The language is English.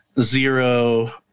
zero